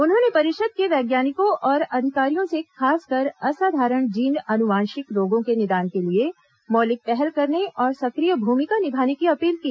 उन्होंने परिषद के वैज्ञानिकों और अधिकारियों से खासकर असाधारण जीन आनुवांशिक रोगों के निदान के लिये मौलिक पहल करने और सक्रिय भूमिका निभाने की अपील की